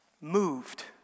moved